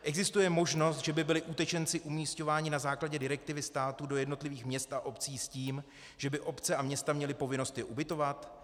Existuje možnost, že by byli utečenci umísťováni na základě direktivy státu do jednotlivých měst a obcí s tím, že by obce a města měly povinnost je ubytovat?